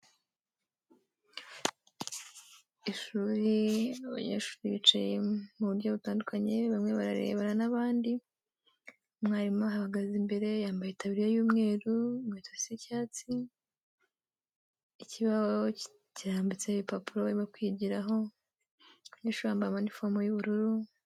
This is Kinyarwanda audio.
Ishuri abanyeshuri bicaye mu buryo butandukanye, bamwe bararebana n'abandi, mwarimu abahagaze imbere, yambaye itababuriya y'umweru, inkweto zisa cyatsi, ikibaho kirambitseho ibipapuro bari kwigiraho, abanyeshuri bambaye inifomu y'ubururu.